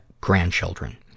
grandchildren